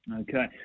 Okay